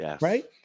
right